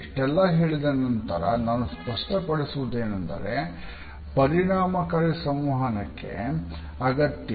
ಇಷ್ಟೆಲ್ಲಾ ಹೇಳಿದ ನಂತರ ನಾನು ಸ್ಪಷ್ಟ ಪಡಿಸುವುದೇನೆಂದರೆ ಪರಿಣಾಮಕಾರಿ ಸಂವಹನಕ್ಕೆಸಂದರ್ಭ ಅಗತ್ಯ